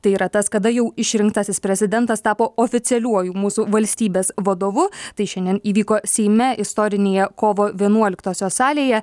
tai yra tas kada jau išrinktasis prezidentas tapo oficialiuoju mūsų valstybės vadovu tai šiandien įvyko seime istorinėje kovo vienuoliktosios salėje